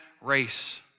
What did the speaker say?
race